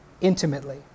intimately